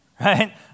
right